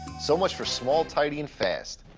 so much for small, tidy, and fast.